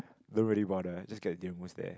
don't really bother just get the durian mousse there